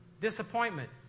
disappointment